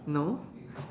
no